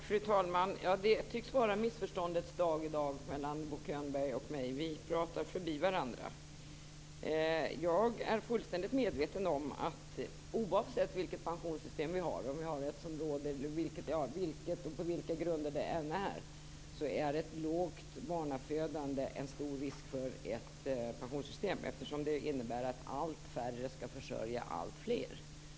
Fru talman! Det tycks vara missförståndets dag i dag när det gäller Bo Könberg och mig. Vi pratar förbi varandra. Jag är fullständigt medveten om att oavsett vilket pensionssystem vi har utgör ett lågt barnafödande en stor risk, eftersom det innebär att allt färre skall försörja alltfler.